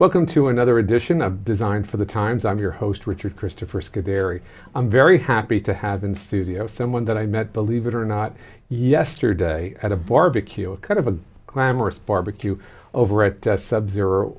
welcome to another edition of design for the times i'm your host richard christopher scary i'm very happy to have in studio someone that i met believe it or not yesterday at a barbecue a kind of a glamorous barbecue over at subzero